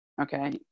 Okay